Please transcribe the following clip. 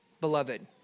beloved